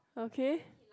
okay